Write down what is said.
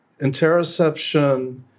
interoception